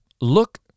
Look